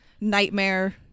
nightmare